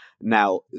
Now